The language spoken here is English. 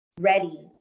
ready